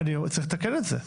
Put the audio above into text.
צריך לתקן את זה.